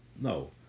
No